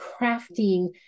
crafting